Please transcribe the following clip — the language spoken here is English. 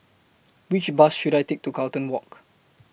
Which Bus should I Take to Carlton Walk